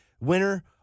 winner